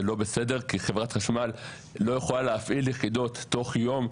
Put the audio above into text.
לא בסדר כי חברת חשמל לא יכולה להפעיל יחידות תוך יום,